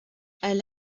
elle